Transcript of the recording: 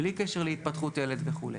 בלי קשר להתפתחות הילד וכולי.